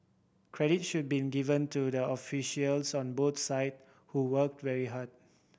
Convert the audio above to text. credit should be given to the officials on both side who worked very hard